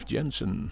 Jensen